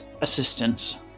assistance